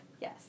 yes